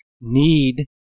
need